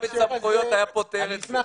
אני אדבר